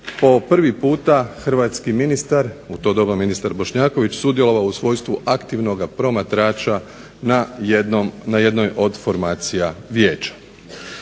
po prvi puta hrvatski ministar, u to doba ministar Bošnjaković sudjelovao u svojstvu aktivnoga promatrača na jednoj od formacija vijeća.